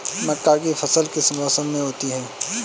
मक्का की फसल किस मौसम में होती है?